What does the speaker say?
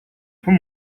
тун